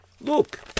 Look